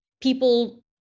people